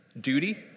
Duty